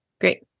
great